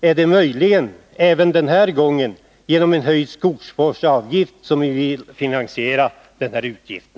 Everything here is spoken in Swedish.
Är det möjligen även den här gången genom en höjd skogsvårdsavgift som ni vill finansiera utgiften?